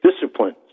disciplines